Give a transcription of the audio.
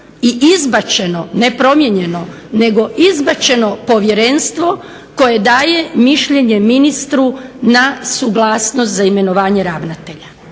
i izbačeno nepromijenjeno, nego izbačeno povjerenstvo koje daje mišljenje ministru na suglasnost za imenovanje ravnatelja.